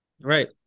Right